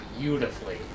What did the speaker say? beautifully